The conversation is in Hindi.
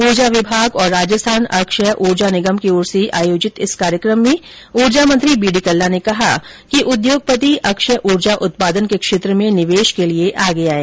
ऊर्जा विभाग और राजस्थान अक्षय ऊर्जा निगम की ओर से आयोजित इस कार्यक्रम में ऊर्जा मंत्री बीडी कल्ला ने कहा कि उद्योगपति अक्षय ऊर्जा उत्पादन के क्षेत्र में निवेश के लिये आगे आयें